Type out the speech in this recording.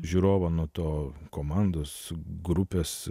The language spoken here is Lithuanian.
žiūrovą nuo to komandos grupės